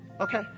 Okay